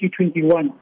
2021